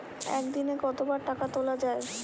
একদিনে কতবার টাকা তোলা য়ায়?